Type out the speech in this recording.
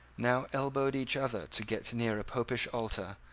now elbowed each other to get near a popish altar,